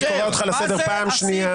אני קורא אותך לסדר פעם שנייה.